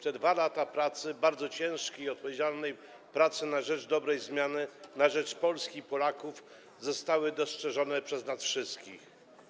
Te 2 lata pracy, bardzo ciężkiej i odpowiedzialnej pracy na rzecz dobrej zmiany, na rzecz Polski i Polaków, zostały dostrzeżone przez nas wszystkich.